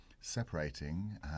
separating